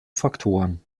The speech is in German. faktoren